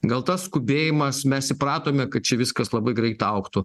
gal tas skubėjimas mes įpratome kad čia viskas labai greit augtų